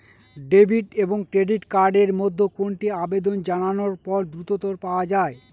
Debit এবং credit card এর মধ্যে কোনটি আবেদন জানানোর পর দ্রুততর পাওয়া য়ায়?